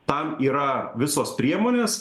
tam yra visos priemonės